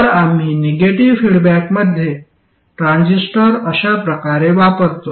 तर आम्ही negative feedback मध्ये ट्रान्झिस्टर अशा प्रकारे वापरतो